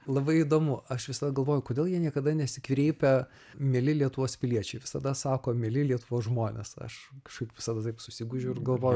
labai įdomu aš visada galvoju kodėl jie niekada nesikreipia mieli lietuvos piliečiai visada sako mieli lietuvos žmonės aš kažkaip visada taip susigūžiu ir galvoju